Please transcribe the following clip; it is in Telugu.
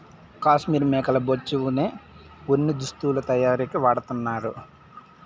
కాశ్మీర్ మేకల బొచ్చే వున ఉన్ని దుస్తులు తయారీకి వాడతన్నారు